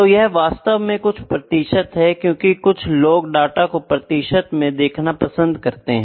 तो यह वास्तव में कुछ प्रतिशत है क्योकि कुछ लोग डाटा को प्रतिशत में देखना पसन् करते है